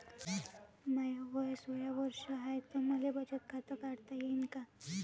माय वय सोळा वर्ष हाय त मले बचत खात काढता येईन का?